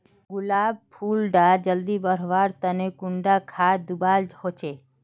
गुलाब फुल डा जल्दी बढ़वा तने कुंडा खाद दूवा होछै?